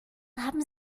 haben